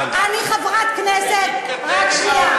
ובשבילך אני חוזרת על מה שאמרתי.